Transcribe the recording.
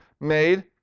made